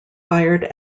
fired